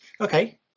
Okay